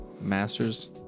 Masters